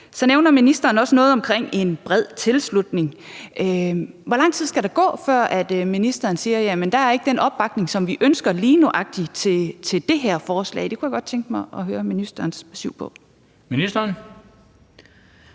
Så nævner ministeren også noget omkring en bred tilslutning. Hvor lang tid skal der gå, før ministeren siger, at der ikke er den opbakning, som vi ønsker, lige nøjagtig til det her forslag? Det kunne jeg godt tænke mig at høre ministerens besyv på. Kl.